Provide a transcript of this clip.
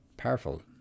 powerful